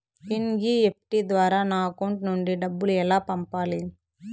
NEFT ద్వారా నా account నుండి డబ్బులు ఎలా పంపాలి